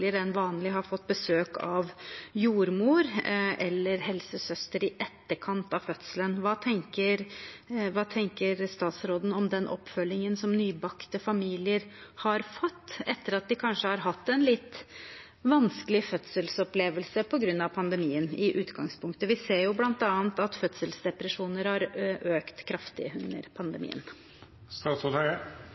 vanlig har fått besøk av jordmor eller helsesøster i etterkant av fødselen. Hva tenker statsråden om den oppfølgingen som nybakte familier har fått, etter at de kanskje har hatt en litt vanskelig fødselsopplevelse på grunn av pandemien i utgangspunktet? Vi ser bl.a. at fødselsdepresjoner har økt kraftig under